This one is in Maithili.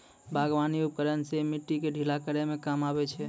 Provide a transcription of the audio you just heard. बागबानी उपकरन सें मिट्टी क ढीला करै म काम आबै छै